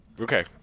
okay